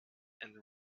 and